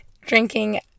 drinking